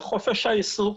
בחופש העיסוק,